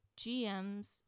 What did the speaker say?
GMs